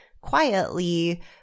quietly